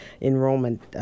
enrollment